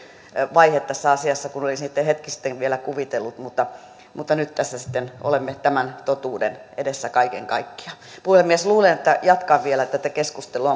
vaihe tässä asiassa kuin olisin hetki sitten vielä kuvitellut mutta mutta nyt tässä sitten olemme tämän totuuden edessä kaiken kaikkiaan puhemies luulen että jatkan vielä tätä keskustelua